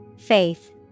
Faith